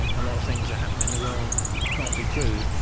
a lot of things that happen in the world can't be proved,